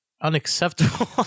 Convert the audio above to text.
unacceptable